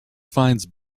finds